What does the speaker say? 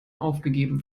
aufgegeben